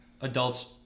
adults